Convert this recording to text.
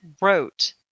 wrote